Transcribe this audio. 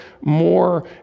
more